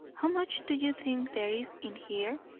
how much do you think there is in here?